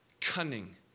cunning